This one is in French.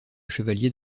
chevalier